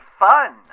fun